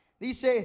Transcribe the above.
Dice